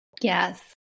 Yes